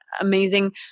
amazing